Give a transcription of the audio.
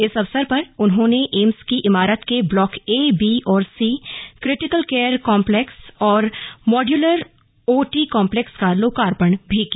इस अवसर पर उन्होंने एम्स की इमारत के ब्लॉक ए बी और सी क्रिटिकल केयर कांप्लेक्स और मॉड्यूलर ओटी कॉम्लेक्स का लोकार्पण भी किया